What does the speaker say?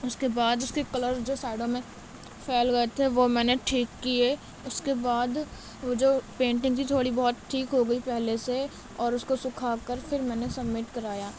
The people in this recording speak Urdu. اس کے بعد اس کے کلرس جو سائڈوں میں پھیل گئے تھے وہ میں نے ٹھیک کیے اس کے بعد وہ جو پینٹنگ تھی تھوڑی بہت ٹھیک ہو گئی پہلے سے اور اس کو سکھا کر پھر میں نے سبمٹ کرایا